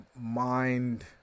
mind